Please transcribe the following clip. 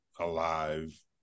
alive